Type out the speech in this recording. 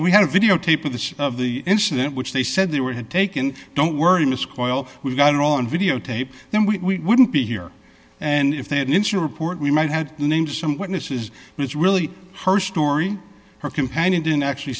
we had a videotape of the of the incident which they said they were taken don't worry misc while we've got it on videotape then we wouldn't be here and if they had an insurer port we might have named some witnesses but it's really her story her companion didn't actually